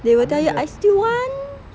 they will tell you I still want